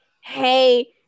hey